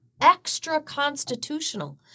extra-constitutional